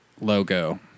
logo